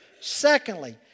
Secondly